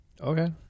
okay